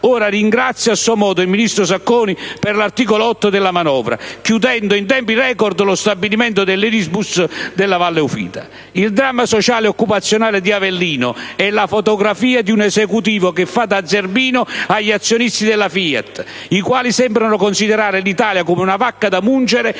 ora ringrazia a suo modo il ministro Sacconi per l'articolo 8 della manovra, chiudendo in tempi *record* lo stabilimento Irisbus di Valle Ufita. Il dramma sociale e occupazionale di Avellino è la fotografia di un Esecutivo che fa da zerbino agli azionisti della FIAT, i quali sembrano considerare l'Italia come una vacca da mungere e, giorno